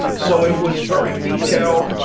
so, it was very detailed,